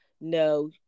no